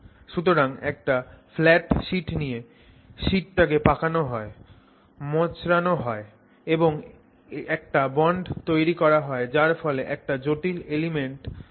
সুতরাং একটা flat sheet নিয়ে শিটটাকে পাকানো হয় মোচড়ানো হয় এবং একটা বন্ড তৈরি করা হয় যার ফলে একটা জটিল এলাইনমেন্ট তৈরি হয়